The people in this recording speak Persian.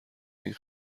این